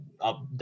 up